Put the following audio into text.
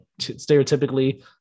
stereotypically